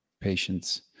Patience